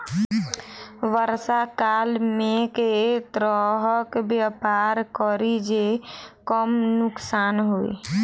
वर्षा काल मे केँ तरहक व्यापार करि जे कम नुकसान होइ?